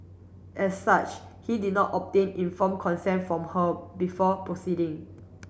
as such he did not obtain informed consent from her before proceeding